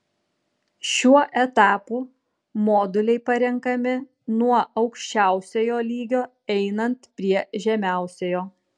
šiuo etapu moduliai parenkami nuo aukščiausiojo lygio einant prie žemiausiojo